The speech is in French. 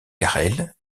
carrel